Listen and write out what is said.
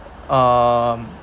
um